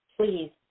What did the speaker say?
please